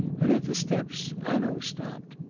and at the steps hanaud stopped.